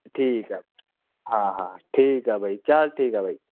ਠੀਕ ਆ ਹਾਂ ਹਾਂ ਠੀਕ ਆ ਬਈ ਚਲ ਠੀਕ ਆ ਬਈ